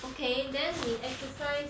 okay then 你 exercise